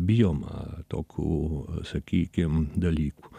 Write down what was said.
bijoma tokių sakykim dalykų